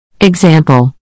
Example